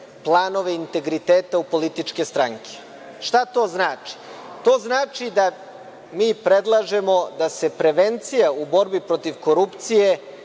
planove integriteta u političke stranke. Šta to znači? To znači da mi predlažemo da se prevencija u borbi protiv korupcije